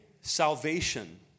salvation